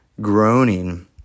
groaning